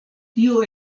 tio